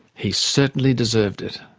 he certainly deserved it.